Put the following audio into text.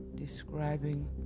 describing